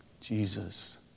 Jesus